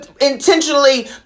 intentionally